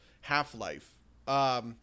Half-Life